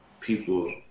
people